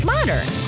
Modern